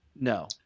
No